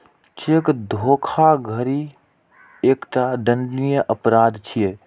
cheque धोखाधड़ी एकटा दंडनीय अपराध छियै